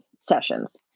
sessions